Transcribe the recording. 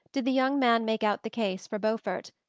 did the young man make out the case for beaufort,